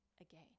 again